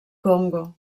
congo